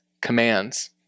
commands